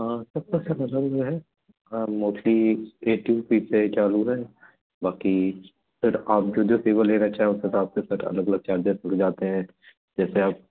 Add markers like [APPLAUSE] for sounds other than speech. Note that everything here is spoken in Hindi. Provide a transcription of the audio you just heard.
हाँ सत्तर से [UNINTELLIGIBLE] मोस्टली एट्टी रूपी से चालू है बाकी सर आप जो जो सेवा लेना चाहें उस हिसाब से सर अलग अलग चार्जेस जुड़ जाते हैं जैसे आप